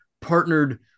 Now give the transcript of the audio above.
partnered